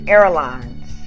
Airlines